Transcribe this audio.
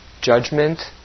judgment